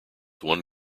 one